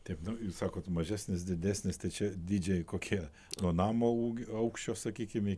taip nu jūs sakot mažesnis didesnis tai čia dydžiai kokie nuo namo ūgio aukščio sakykim